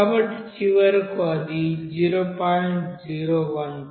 కాబట్టి చివరకు అది 0